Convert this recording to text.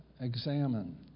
examine